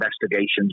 investigations